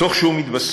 תוך שהוא מתבסס,